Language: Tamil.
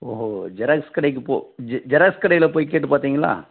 ஓ ஜெராக்ஸ் கடைக்கு போ ஜெராக்ஸ் கடையில் போய் கேட்டு பார்த்திங்களா